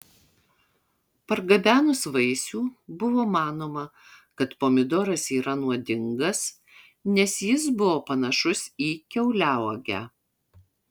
pargabenus vaisių buvo manoma kad pomidoras yra nuodingas nes jis buvo panašus į kiauliauogę